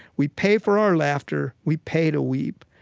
we pay for our laughter. we pay to weep.